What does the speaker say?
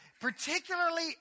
particularly